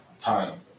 time